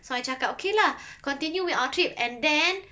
so I cakap okay lah continue with our trip and then